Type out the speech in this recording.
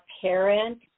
parent